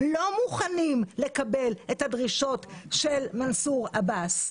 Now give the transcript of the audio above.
לא מוכנים לקבל את הדרישות של מנסור עבאס.